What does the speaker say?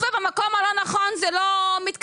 נאומים חוצבי להבות ואצבע במקום הלא נכון זה לא מתקזז,